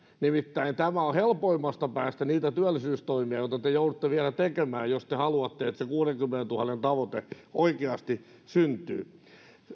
nimittäin tämä on helpoimmasta päästä niitä työllisyystoimia joita te joudutte vielä tekemään jos te haluatte että se kuudenkymmenentuhannen tavoite oikeasti syntyy